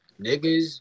niggas